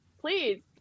please